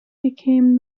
became